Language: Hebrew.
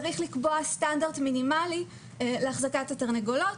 צריך לקבוע סטנדרט מינימלי להחזקת התרנגולות,